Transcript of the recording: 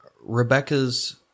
Rebecca's